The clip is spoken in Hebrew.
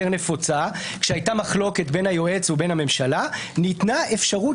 נפוצה כשהייתה מחלוקת בין היועץ לבין הממשלה ניתנה אפשרות